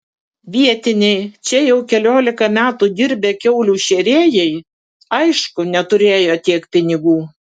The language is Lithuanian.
vietiniai čia jau keliolika metų dirbę kiaulių šėrėjai aišku neturėjo tiek pinigų